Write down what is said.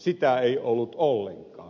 sitä ei ollut ollenkaan